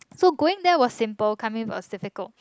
so going there was simple coming was difficult